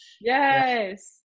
yes